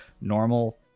normal